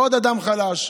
לעוד אדם חלש.